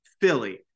Philly –